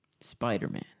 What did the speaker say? Spider-Man